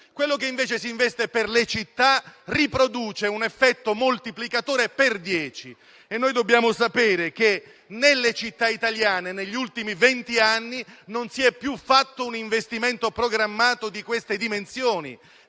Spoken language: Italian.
quello che invece si investe per le città produce un effetto moltiplicatore per dieci. Dobbiamo sapere che nelle città italiane, negli ultimi vent'anni, non si è più fatto un investimento programmato di queste dimensioni,